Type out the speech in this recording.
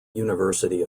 university